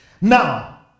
Now